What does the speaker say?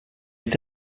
est